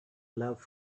love